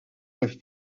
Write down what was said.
with